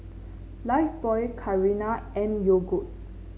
Lifebuoy Carrera and Yogood